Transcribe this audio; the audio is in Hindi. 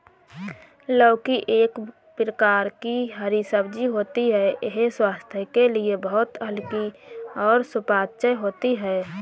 लौकी एक प्रकार की हरी सब्जी होती है यह स्वास्थ्य के लिए बहुत हल्की और सुपाच्य होती है